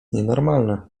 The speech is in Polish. nienormalne